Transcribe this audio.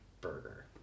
burger